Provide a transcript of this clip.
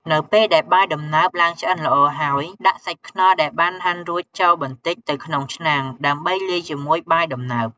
នៅពេលដែលបាយដំណើបឡើងឆ្អិនល្អហើយ ដាក់សាច់ខ្នុរដែលបានហាន់រួចចូលបន្តិចទៅក្នុងឆ្នាំងដើម្បីលាយជាមួយបាយដំណើប។